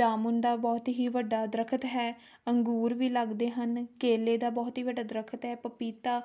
ਜਾਮੁਨ ਦਾ ਬਹੁਤ ਹੀ ਵੱਡਾ ਦਰੱਖਤ ਹੈ ਅੰਗੂਰ ਵੀ ਲੱਗਦੇ ਹਨ ਕੇਲੇ ਦਾ ਬਹੁਤ ਹੀ ਵੱਡਾ ਦਰੱਖਤ ਹੈ ਪਪੀਤਾ